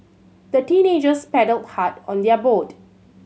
the teenagers paddled hard on their boat